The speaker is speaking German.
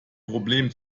problem